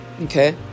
Okay